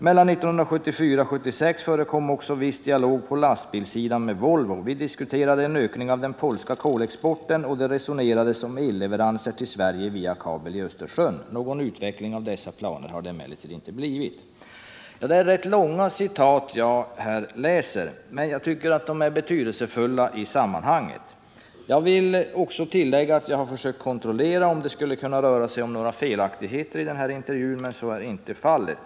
Mellan 1974-76 förekom också viss dialog på lastbilssidan med Volvo. Vi diskuterade en ökning av den polska kolexporten, och det resonerades om elleveranser till Sverige via kabel i Östersjön. Någon utveckling av dessa planer har det emellertid inte blivit.” Det är rätt långa citat som jag här har läst, men jag tycker att de är betydelsefulla i sammanhanget. Jag vill också tillägga att jag har försökt kontrollera, om det i den här intervjun skulle röra sig om några felaktigheter, men så är inte fallet.